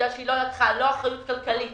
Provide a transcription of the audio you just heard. העובדה שהיא לא לקחה לא אחריות כלכלית